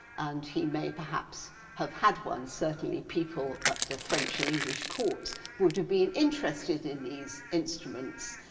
and he may perhaps have had one, certainly people at the french and english courts would have been interested in these instruments,